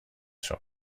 song